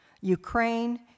Ukraine